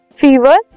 fever